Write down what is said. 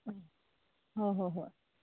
ꯑꯣ ꯍꯣꯏ ꯍꯣꯏ ꯍꯣꯏ